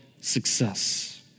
success